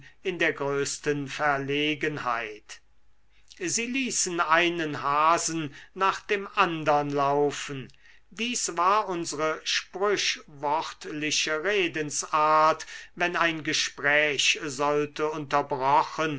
in der größten verlegenheit sie ließen einen hasen nach dem andern laufen dies war unsre sprüchwörtliche redensart wenn ein gespräch sollte unterbrochen